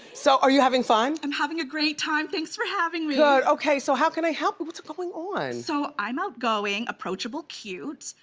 so are you having fun? i'm having a great time, thanks for having me. good, okay, so how can i help? what's going on? so i'm outgoing, approachable, cute.